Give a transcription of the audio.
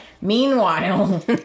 Meanwhile